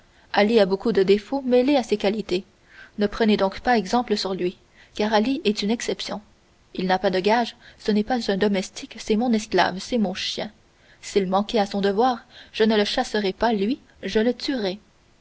ali a beaucoup de défauts mêlés à ses qualités ne prenez donc pas exemple sur lui car ali est une exception il n'a pas de gages ce n'est pas un domestique c'est mon esclave c'est mon chien s'il manquait à son devoir je ne le chasserais pas lui je le tuerais